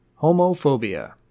homophobia